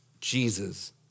Jesus